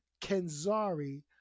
Kenzari